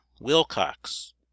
Wilcox